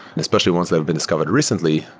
especially ones that have been discovered recently.